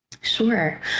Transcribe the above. Sure